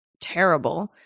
terrible